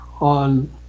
on